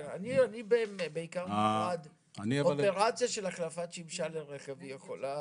אני בעיקרון בעד אופרציה של החלפת שמשה לרכב היא יכולה